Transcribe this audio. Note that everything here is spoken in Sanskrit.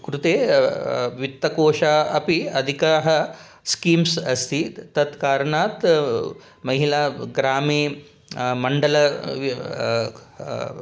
कृते वित्तकोशाः अपि अधिकाः स्कीम्स् आसीत् तत् कारणात् महिलाः ग्रामे मण्डले